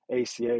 ACA